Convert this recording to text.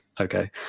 okay